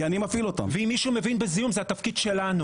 ואם מישהו מבין בזיהום זה התפקיד שלנו.